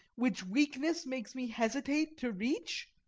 which weakness makes me hesitate to reach?